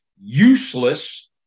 useless